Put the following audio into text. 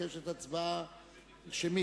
מבקשת הצבעה שמית?